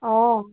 অ'